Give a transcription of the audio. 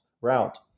route